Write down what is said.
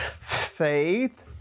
faith